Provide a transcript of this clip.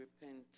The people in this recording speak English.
Repent